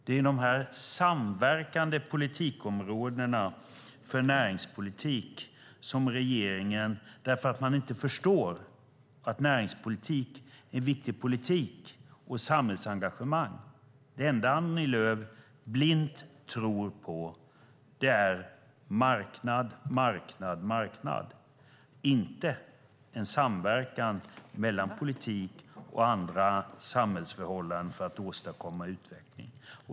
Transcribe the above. Detta är samverkande politikområden för näringspolitik. Men regeringen förstår inte att näringspolitik är en viktig politik och att det är viktigt med ett samhällsengagemang. Det enda som Annie Lööf tror på är marknad, inte en samverkan mellan politik och andra samhällsförhållanden för att åstadkomma utveckling.